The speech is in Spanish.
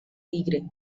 tigre